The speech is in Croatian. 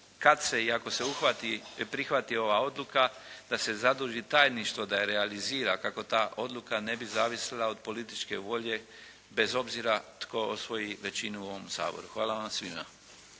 ako se uhvati, prihvati ova odluka da se zaduži tajništvo da je realizira kako ta odluka ne bi zavisila od političke volje bez obzira tko osvoji većinu u ovom Saboru. Hvala vam svima.